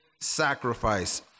sacrifice